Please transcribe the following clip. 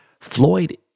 Floyd